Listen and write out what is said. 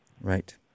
Right